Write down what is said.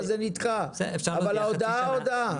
אז זה נדחה אבל ההודעה הודעה.